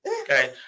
Okay